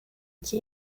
que